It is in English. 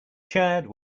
chad